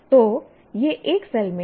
तो यह एक सेल में है